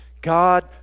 God